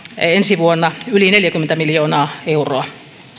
ensi vuonna yli neljäkymmentä miljoonaa euroa